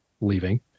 leaving